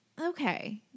Okay